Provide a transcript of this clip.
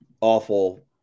awful